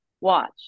Watch